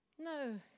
No